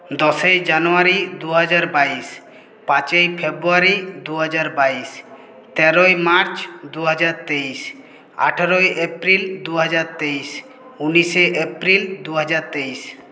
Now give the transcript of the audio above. দশই জানুয়ারি দুহাজার বাইশ পাঁচই ফেব্রুয়ারী দুহাজার বাইশ তেরোই মার্চ দুহাজার তেইশ আঠারোই এপ্রিল দুহাজার তেইশ উনিশে এপ্রিল দুহাজার তেইশ